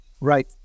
Right